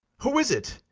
who is it?